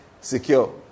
secure